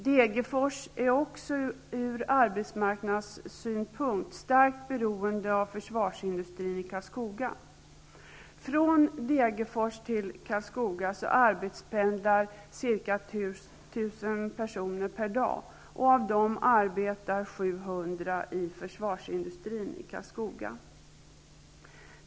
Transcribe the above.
Degerfors är också ur arbetsmarknadssynpunkt starkt beroende av försvarsindustrin i Karlskoga. 1 000 personer varje dag, och av dem arbetar 700 i försvarsindustrin i Karlskoga.